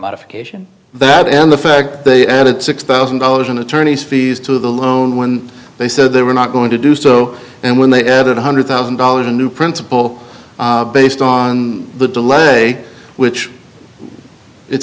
modification that in the fact that six thousand dollars in attorney's fees to the loan when they said they were not going to do so and when they added one hundred thousand dollars a new principle based on the delay which it's